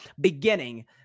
beginning